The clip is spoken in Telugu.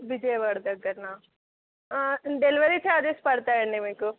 విజయవాడ దగ్గరన డెలివరీ చార్జెస్ పడుతాయండి మీకు